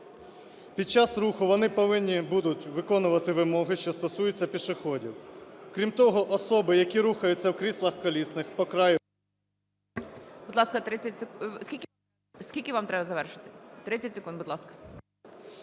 Під час руху вони повинні будуть виконувати вимоги, що стосуються пішоходів. Крім того, особи, які рухаються в кріслах колісних по краю…